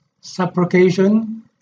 supplication